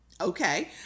Okay